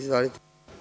Izvolite.